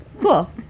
Cool